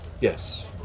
Yes